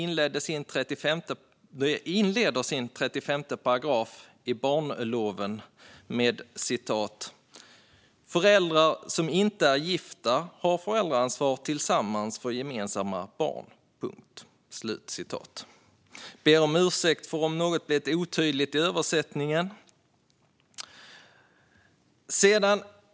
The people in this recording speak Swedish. Paragraf 35 i barneloven inleds med att föräldrar som inte är gifta har föräldraansvar tillsammans för gemensamma barn. Jag ber om ursäkt om något blev otydligt i översättningen.